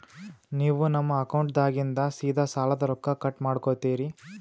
ನೀವು ನಮ್ಮ ಅಕೌಂಟದಾಗಿಂದ ಸೀದಾ ಸಾಲದ ರೊಕ್ಕ ಕಟ್ ಮಾಡ್ಕೋತೀರಿ?